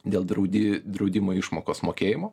dėl draudi draudimo išmokos mokėjimo